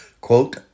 quote